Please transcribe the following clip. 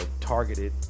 targeted